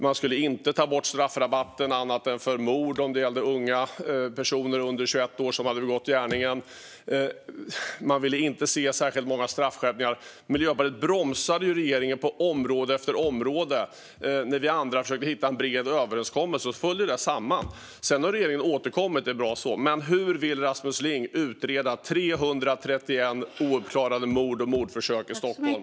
Man skulle inte ta bort straffrabatten annat än för mord om det gällde unga personer under 21 år som hade begått gärningen. Man ville inte se särskilt många straffskärpningar. Miljöpartiet bromsade regeringen på område efter område när vi andra försökte hitta en bred överenskommelse. Då föll det samman. Sedan har regeringen återkommit. Det är bra så. Men hur vill Rasmus Ling utreda 331 ouppklarade mord och mordförsök i Stockholm?